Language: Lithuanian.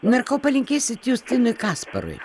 na ir ko palinkėsit justinui kasparui